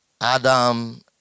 Adam